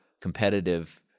competitive